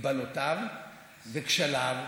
מגבלותיו וכשליו,